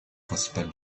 principal